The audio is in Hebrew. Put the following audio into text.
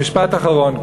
משפט אחרון.